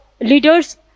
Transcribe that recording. leaders